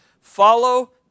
Follow